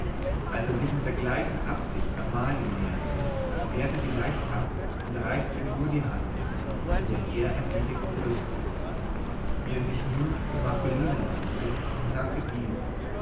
als er sich mit der gleichen absicht amalien näherte wehrte sie leicht ab und reichte ihm nur die hand die er ehrerbietig küßte wie er sich nun zu marcolina wandte sagte diese